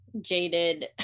jaded